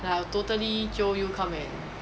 ya totally jio you come and